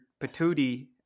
patootie